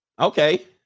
okay